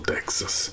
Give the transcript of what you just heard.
Texas